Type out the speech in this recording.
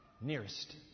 Nearest